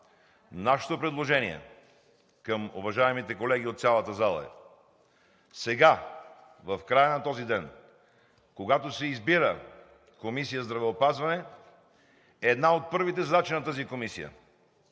нашето предложение към уважаемите колеги от цялата зала е сега, в края на този ден, когато се избира комисия по здравеопазване, една от първите й задачи е да анализира